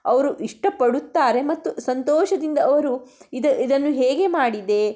ಅವರು ಇಷ್ಟಪಡುತ್ತಾರೆ ಮತ್ತು ಸಂತೋಷದಿಂದ ಅವರು ಇದ ಇದನ್ನು ಹೇಗೆ ಮಾಡಿದೆ